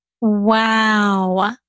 Wow